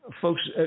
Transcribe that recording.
folks